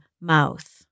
mouth